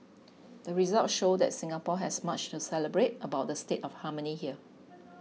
the results show that Singapore has much to celebrate about the state of harmony here